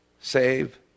save